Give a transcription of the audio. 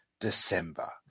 December